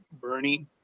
Bernie